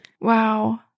Wow